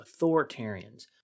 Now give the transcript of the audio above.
authoritarians